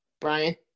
Brian